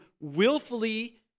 willfully